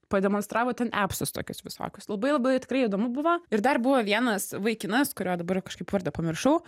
pademonstravo ten epsus tokius visokius labai labai tikrai įdomu buvo ir dar buvo vienas vaikinas kurio dabar kažkaip vardą pamiršau